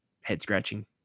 head-scratching